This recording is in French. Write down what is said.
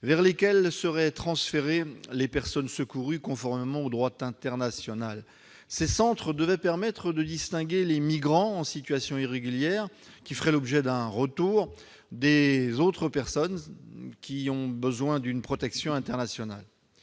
vers lesquels seraient transférées les personnes secourues, conformément au droit international. Ces centres devaient permettre de distinguer les migrants en situation irrégulière, qui feraient l'objet d'un retour, des personnes ayant besoin d'une protection internationale.